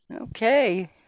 okay